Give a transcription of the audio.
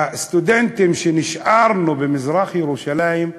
הסטודנטים שנשארנו במזרח-ירושלים,